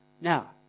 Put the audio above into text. Now